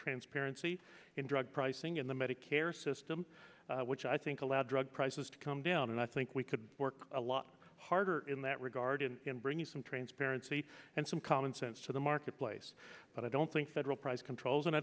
transparency in drug pricing in the medicare system which i think allowed drug prices to come down and i think we could work a lot harder in that regard in bringing some transparency and some commonsense to the marketplace but i don't think federal price controls and i